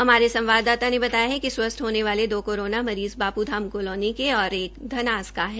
हमारे संवाददाता ने बताया कि स्वस्थ होने वाले दो कोरोना मरीज़ बापूधाम कालोनी के और एक धनास का है